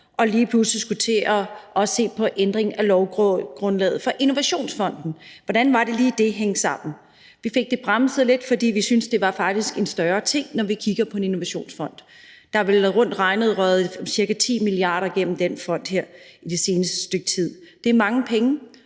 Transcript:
også lige pludselig skulle til at se på en ændring af lovgrundlaget for Innovationsfonden. Hvordan var det lige det hang sammen? Vi fik det bremset lidt, fordi vi synes, det faktisk ville være en større ting, når vi kigger på en Innovationsfond. Der er vel rundt regnet røget ca. 10 mia. kr. gennem den her fond i den seneste tid, og det er mange penge.